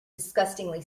disgustingly